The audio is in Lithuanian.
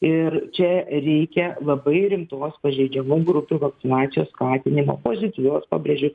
ir čia reikia labai rimtos pažeidžiamų grupių vakcinacijos skatinimo pozityvios pabrėžiu